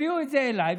הביאו את זה אליי,